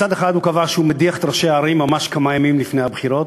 מצד אחד הוא קבע שהוא מדיח את ראשי הערים ממש כמה ימים לפני הבחירות,